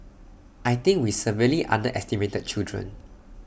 I think we severely underestimate children